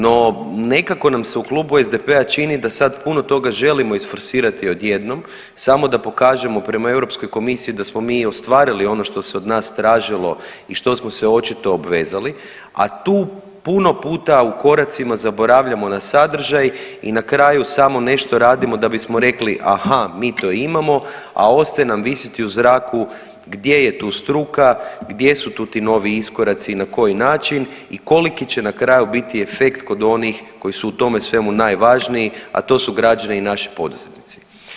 No nekako nam se u Klubu SDP-a čini da sad puno toga želimo isforsirati odjednom samo da pokažemo prema Europskoj komisiji da smo mi ostvarili ono što se od nas tražili i što smo se očito obvezali, a tu puno puta u koracima zaboravljamo na sadržaj i na kraju samo nešto radimo da bismo rekli aha mi to imamo, a ostaje nam visiti u zraku gdje je tu struka, gdje su tu ti novi iskoraci i na koji način i koliki će na kraju biti efekt kod onih koji su u tome svemu najvažniji, a to su građani i naši poduzetnici.